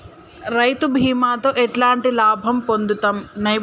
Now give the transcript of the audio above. రైతు బీమాతో ఎట్లాంటి లాభం పొందుతం?